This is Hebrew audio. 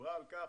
דיברה על כך